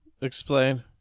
explain